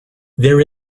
there